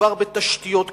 מדובר בתשתיות כבדות.